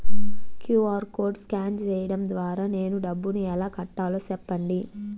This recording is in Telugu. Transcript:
క్యు.ఆర్ కోడ్ స్కాన్ సేయడం ద్వారా నేను డబ్బును ఎలా కట్టాలో సెప్పండి?